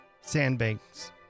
sandbanks